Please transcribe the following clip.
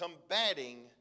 combating